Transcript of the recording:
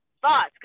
thoughts